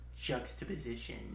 juxtaposition